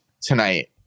tonight